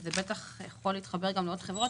וזה בוודאי יכול להתחבר גם לעוד חברות.